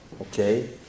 Okay